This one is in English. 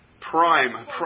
Prime